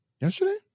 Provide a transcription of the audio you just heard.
Yesterday